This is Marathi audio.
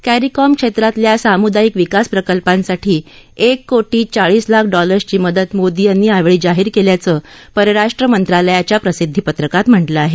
कॅरिकॉम क्षेत्रातल्या साम्दायिक विकास प्रकल्पांसाठी एक कोटी चाळीस लाख डॉलर्सची मदत मोदी यांनी यावेळी जाहीर केल्याचं परराष्ट्र मंत्रालयाच्या प्रसिद्धिपत्रकात म्हटलं आहे